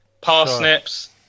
parsnips